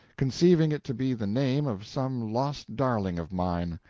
conceiving it to be the name of some lost darling of mine.